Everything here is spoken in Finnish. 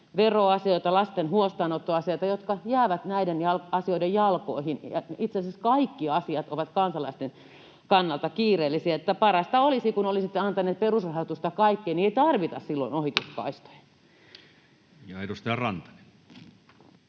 veroasioita, lasten huostaanottoasioita, jotka jäävät näiden asioiden jalkoihin. Itse asiassa kaikki asiat ovat kansalaisten kannalta kiireellisiä, eli parasta olisi, kun olisitte antaneet perusrahoitusta kaikkeen, niin ei tarvittaisi silloin ohituskaistoja. [Speech